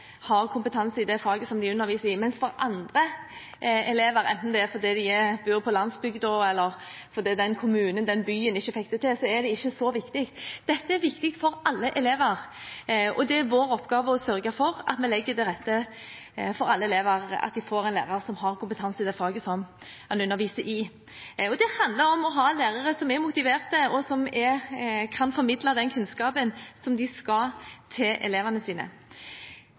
med kompetanse i faget de underviser i, mens det for andre – enten det er fordi de bor på landsbygda, eller fordi den kommunen eller den byen ikke fikk det til – ikke er så viktig. Dette er viktig for alle elever, og det er vår oppgave å sørge for å legge til rette for at alle elever får en lærer som har kompetanse i det faget som han underviser i. Det handler om å ha lærere som er motiverte, og som kan formidle kunnskap til elevene sine.